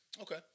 Okay